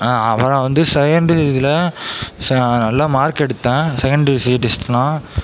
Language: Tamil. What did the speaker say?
அப்றம் வந்து செகண்ட் இதில் நல்ல மார்க் எடுத்தேன் செகெண்ட் டெஸ்ட்டுலாம்